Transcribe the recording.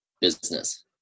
business